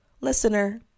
listener